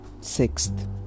Sixth